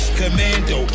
commando